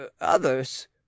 others